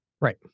Right